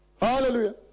Hallelujah